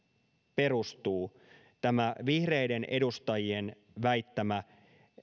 perustuu tämä vihreiden edustajien väittämä